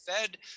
Fed